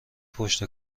پشت